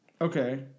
Okay